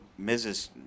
Mrs